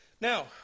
Now